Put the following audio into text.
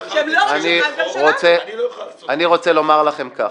לרשותך שהם לא --- אני רוצה לומר לכם כך,